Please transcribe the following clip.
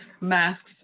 masks